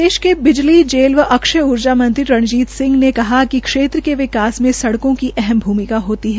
प्रदेश के बिजली जेल एवं अक्षय ऊर्जा मंत्री रणजीत सिंह ने कहा कि क्षेत्र के विकास में सड़कों की अहम भूमिका होती है